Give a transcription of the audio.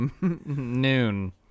Noon